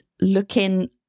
looking